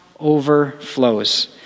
Overflows